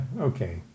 okay